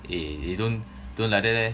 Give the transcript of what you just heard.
eh you don't don't like that leh